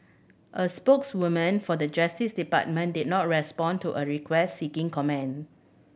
a spokeswoman for the Justice Department did not respond to a request seeking comment